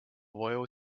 royal